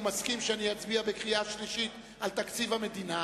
מסכים שאצביע בקריאה שלישית על תקציב המדינה,